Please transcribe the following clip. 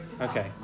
Okay